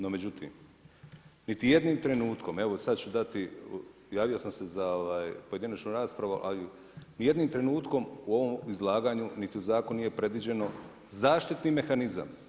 No međutim, niti jednim trenutkom, evo sada ću dati javio sam se za pojedinačnu raspravu ali nijednim trenutnom u ovom izlaganju niti u zakonu nije predviđeno zaštitni mehanizam.